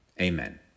Amen